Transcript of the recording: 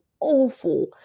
awful